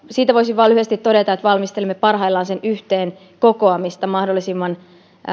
siitä voisin vain lyhyesti todeta että valmistelemme parhaillaan sen yhteen kokoamista mahdollisimman